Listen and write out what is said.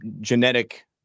genetic